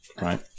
Right